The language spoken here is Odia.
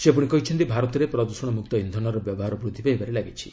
ସେ କହିଛନ୍ତି ଭାରତରେ ପ୍ରଦୃଷଣ ମୁକ୍ତ ଇନ୍ଧନର ବ୍ୟବହାର ବୃଦ୍ଧି ପାଇବାରେ ଲାଗିଛି